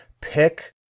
pick